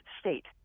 state